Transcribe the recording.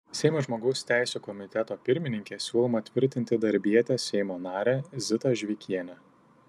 seimo žmogaus teisių komiteto pirmininke siūloma tvirtinti darbietę seimo narę zitą žvikienę